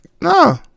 no